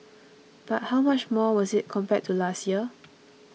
but how much more was it compared to last year